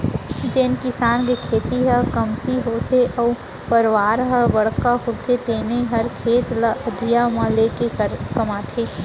जेन किसान के खेती ह कमती होथे अउ परवार ह बड़का होथे तेने हर खेत ल अधिया म लेके कमाथे